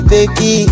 Baby